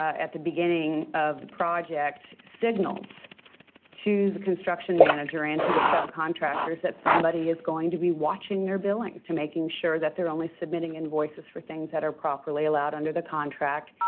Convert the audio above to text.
at the beginning of the project signals to the construction manager and to the subcontractors that somebody is going to be watching their billings to make sure that they're only submitting invoices for things that are properly allowed under the contract,